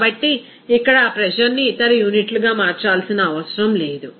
కాబట్టి ఇక్కడ ఆ ప్రెజర్ ని ఇతర యూనిట్లుగా మార్చాల్సిన అవసరం లేదు